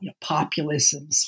populism